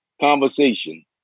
conversation